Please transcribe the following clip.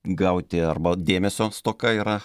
gauti arba dėmesio stoka yra